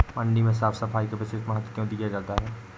मंडी में साफ सफाई का विशेष महत्व क्यो दिया जाता है?